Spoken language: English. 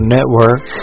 Network